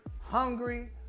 hungry